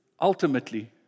Ultimately